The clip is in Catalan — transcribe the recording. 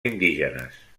indígenes